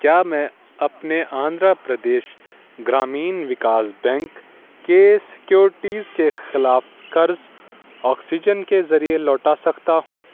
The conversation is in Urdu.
کیا میں اپنے آندھرا پردیش گرامین وکاس بینک کے سیکیورٹیز کے خلاف قرض آکسیجن کے ذریعے لوٹا سکتا ہوں